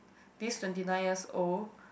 this twenty nine years old